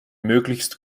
möglichst